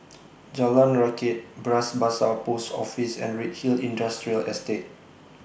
Jalan Rakit Bras Basah Post Office and Redhill Industrial Estate